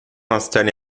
installé